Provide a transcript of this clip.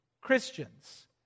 Christians